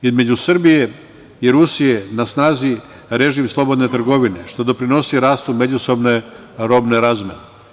Između Srbije i Rusije na snazi je režim slobodne trgovine, što doprinosi rastu međusobne robne razmene.